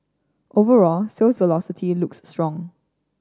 overall sales velocity looks strong